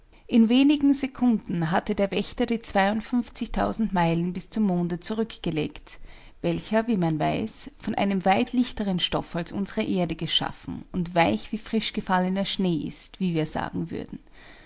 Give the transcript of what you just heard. in wenigen sekunden hatte der wächter die meilen bis zum monde zurückgelegt welcher wie man weiß von einem weit leichteren stoff als unsere erde geschaffen und weich wie frischgefallener schnee ist wie wir sagen würden